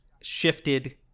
shifted